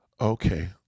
Okay